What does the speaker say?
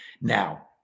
Now